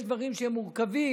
יש דברים שהם מורכבים,